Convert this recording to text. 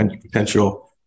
potential